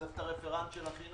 צריך את הרפרנט של החינוך.